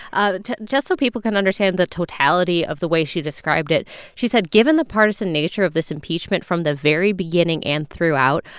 and just so people can understand the totality of the way she described it she said, given the partisan nature of this impeachment from the very beginning and throughout,